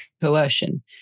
coercion